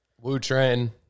Wu-Train